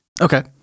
Okay